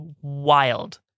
wild